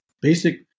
basic